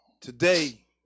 Today